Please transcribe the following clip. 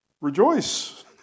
Rejoice